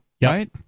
Right